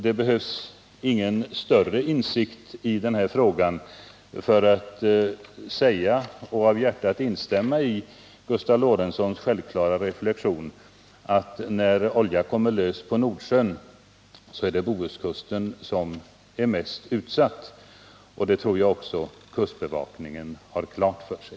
Det behövs inga större insikter i denna fråga för att av hjärtat kunna instämma i Gustav Lorentzons självklara reflexion att när oljan kommer lös på Nordsjön blir Bohuskusten mest utsatt. Det tror jag också att kustbevakningen har klart för sig.